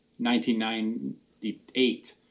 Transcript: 1998